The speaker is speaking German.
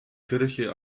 kirche